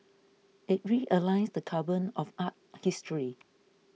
it realigns the canon of art history